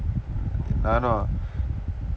uh no